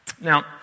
Now